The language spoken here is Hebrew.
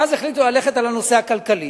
ואז החליטו ללכת על הנושא הכלכלי: